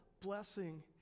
blessing